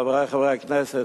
חברי חברי הכנסת,